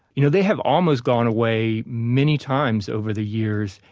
you know, they have almost gone away many times over the years,